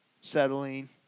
Settling